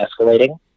escalating